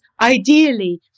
Ideally